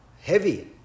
heavy